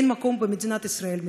אין מקום במדינת ישראל,